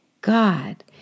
God